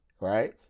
right